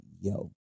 yo